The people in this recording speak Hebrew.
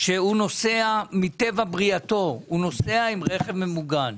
שהוא נוסע מטבע בריאתו הוא נוסע עם רכב ממוגן,